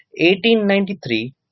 1893